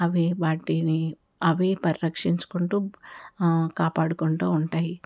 అవి వాటిని అవే పరిరక్షించుకుంటూ కాపాడుకుంటూ ఉంటాయి